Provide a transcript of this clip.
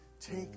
take